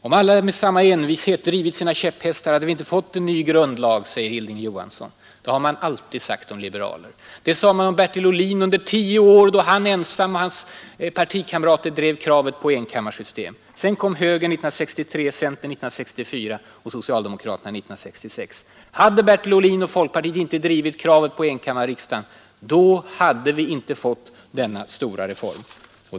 Om alla med samma envishet hade drivit sina käpphästar hade vi inte fått en ny grundlag, säger Hilding Johansson. Det har man alltid sagt om liberaler. Det sade man om Bertil Ohlin under tio år då han och hans partikamrater ensamma drev kravet på enkammarsystemet. Sedan kom högern 1963, centern 1964 och socialdemokraterna efter valet 1966. Hade Bertil Ohlin och folkpartiet inte drivit kravet på enkammarriksdag, hade vi inte fått denna stora reform.